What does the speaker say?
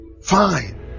fine